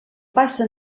passa